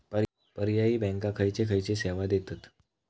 पर्यायी बँका खयचे खयचे सेवा देतत?